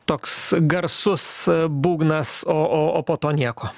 toks garsus būgnas o o po to nieko